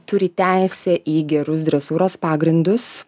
turi teisę į gerus dresūros pagrindus